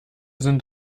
sind